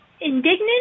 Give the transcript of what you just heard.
indignant